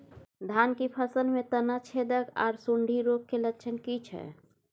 धान की फसल में तना छेदक आर सुंडी रोग के लक्षण की छै?